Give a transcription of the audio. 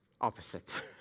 opposite